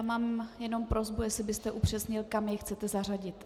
Mám jenom prosbu, jestli byste upřesnil, kam je chcete zařadit.